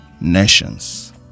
nations